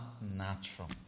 natural